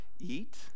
eat